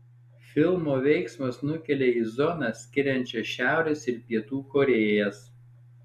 filmo veiksmas nukelia į zoną skiriančią šiaurės ir pietų korėjas